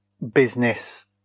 business